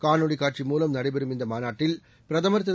காணொளிகாட்சி மூலம் நடைபெறும் இந்தமாநாட்டில் பிரதமர் திரு